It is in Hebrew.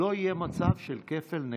לא יהיה מצב של כפל.